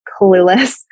clueless